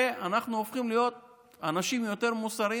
אנחנו הופכים להיות אנשים יותר מוסריים